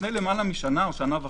לפני למעלה משנה או שנה וחצי.